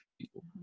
people